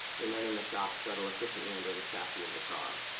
the men in the shop shuttle efficiently under the chassis of the car,